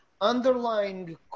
underlying